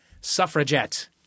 Suffragette